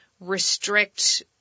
restrict